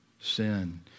sin